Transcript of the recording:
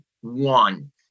one